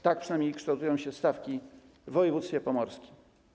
Tak przynajmniej kształtują się stawki w województwie pomorskim.